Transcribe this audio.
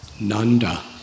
Nanda